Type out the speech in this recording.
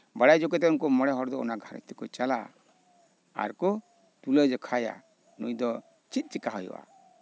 ᱵᱟᱲᱟᱭ ᱦᱚᱪᱚ ᱠᱟᱛᱮᱫ ᱩᱱᱠᱩ ᱢᱚᱬᱮ ᱦᱚᱲ ᱫᱚ ᱚᱱᱟ ᱜᱷᱟᱸᱨᱚᱧᱡᱽ ᱛᱮᱠᱚ ᱪᱟᱞᱟᱜᱼᱟ ᱟᱨᱠᱚ ᱛᱩᱞᱟᱹ ᱡᱚᱠᱷᱟᱭᱟ ᱱᱩᱭ ᱫᱚ ᱪᱮᱫ ᱪᱤᱠᱟᱹ ᱦᱩᱭᱩᱜᱼᱟ